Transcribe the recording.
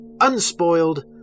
unspoiled